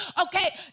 Okay